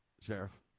Sheriff